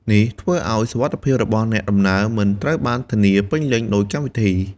នេះធ្វើឱ្យសុវត្ថិភាពរបស់អ្នកដំណើរមិនត្រូវបានធានាពេញលេញដូចកម្មវិធី។